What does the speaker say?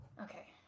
Okay